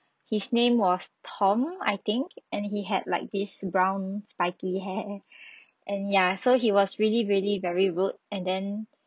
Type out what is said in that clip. his name was tom I think and he had like this brown spiky hair and ya so he was really really very rude and then